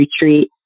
Retreat